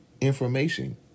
information